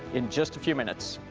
in just a few minutes.